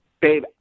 Babe